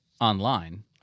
Online